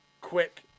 quick